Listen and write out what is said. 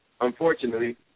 unfortunately